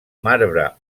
marbre